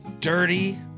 dirty